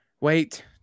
Wait